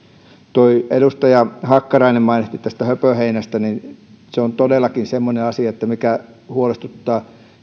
edustaja hakkarainen mainitsi tästä höpöheinästä se on todellakin semmoinen asia mikä huolestuttaa